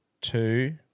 two